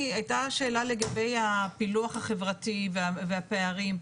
הייתה שאלה לגבי הפילוח החברתי והפערים.